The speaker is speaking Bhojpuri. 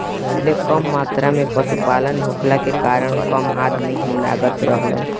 पहिले कम मात्रा में पशुपालन होखला के कारण कम अदमी ही लागत रहलन